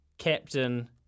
Captain